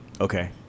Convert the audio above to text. okay